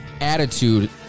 attitude